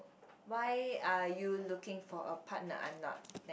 why are you looking for a partner I'm not